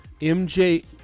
MJ